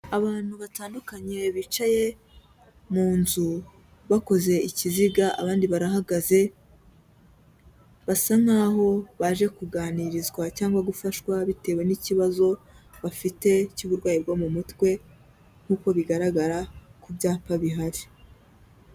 Abantu batandukanye bicaye mu nzu bakoze ikiziga abandi barahagaze, basa nkaho baje kuganirizwa cyangwa gufashwa bitewe n'ikibazo bafite cy'uburwayi bwo mu mutwe nkuko bigaragara ku byapa bihari.